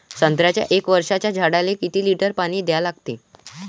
संत्र्याच्या एक वर्षाच्या झाडाले किती लिटर पाणी द्या लागते?